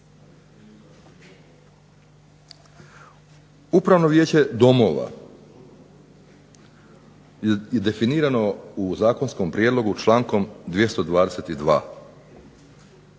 Upravno vijeće domova i definirano u zakonskom prijedlogu člankom 222.,